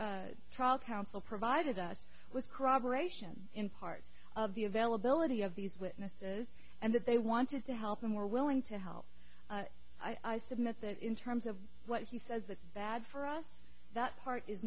e trial counsel provided us with corroboration in part of the availability of these witnesses and that they wanted to help them were willing to help i submit that in terms of what he says it's bad for us that part is